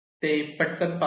ते पटकन पाहू